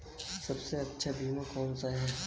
सबसे अच्छा बीमा कौन सा है?